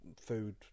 food